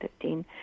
2015